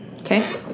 Okay